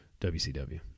WCW